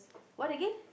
what again